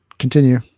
Continue